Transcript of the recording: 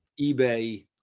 eBay